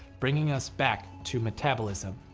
bringing us back to metabolism.